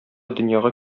дөньяга